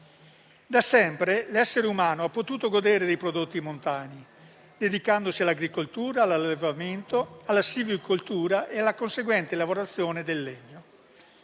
Da sempre l'essere umano ha potuto godere dei prodotti montani, dedicandosi all'agricoltura, all'allevamento, alla silvicoltura e alla conseguente lavorazione del legno.